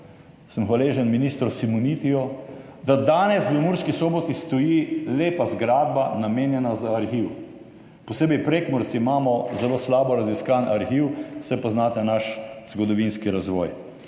– hvaležen sem ministru Simonitiju – da danes v Murski Soboti stoji lepa zgradba, namenjena za arhiv. Posebej Prekmurci imamo zelo slabo raziskan arhiv, saj poznate naš zgodovinski razvoj.